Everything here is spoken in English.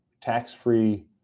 tax-free